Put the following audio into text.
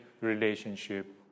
relationship